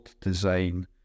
design